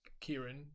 Kieran